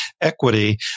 equity